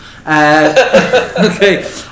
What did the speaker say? Okay